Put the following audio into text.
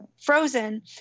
frozen